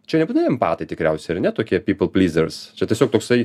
čia nebūtinai empatai tikriausiai ar ne tokie people pleasers čia tiesiog toksai